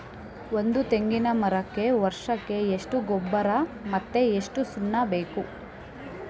ಒಂದು ತೆಂಗಿನ ಮರಕ್ಕೆ ವರ್ಷಕ್ಕೆ ಎಷ್ಟು ಗೊಬ್ಬರ ಮತ್ತೆ ಎಷ್ಟು ಸುಣ್ಣ ಬೇಕು?